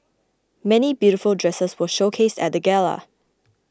many beautiful dresses were showcased at the gala